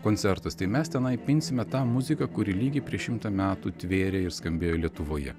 koncertas tai mes tenai pinsime tą muziką kuri lygiai prieš šimtą metų tvėrė ir skambėjo lietuvoje